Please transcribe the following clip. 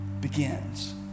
begins